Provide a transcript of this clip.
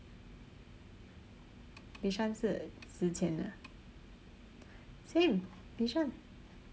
bishan 是值钱的 same bishan